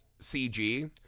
CG